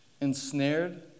ensnared